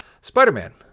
Spider-Man